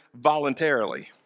voluntarily